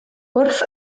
wrth